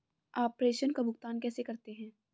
आप प्रेषण का भुगतान कैसे करते हैं?